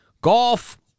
golf